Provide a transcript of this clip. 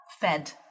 fed